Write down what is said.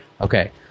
Okay